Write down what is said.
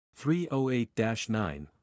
308-9